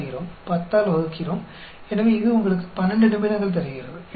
इसलिए प्रत्येक रोगी के आने का औसत समय 12 मिनट है वह है lambda